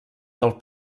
del